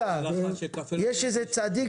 יש איזה צדיק,